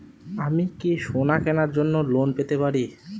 আমি কি সোনা কেনার জন্য লোন পেতে পারি?